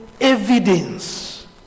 evidence